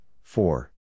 four